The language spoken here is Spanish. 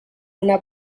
una